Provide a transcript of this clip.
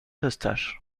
eustache